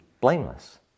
blameless